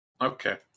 Okay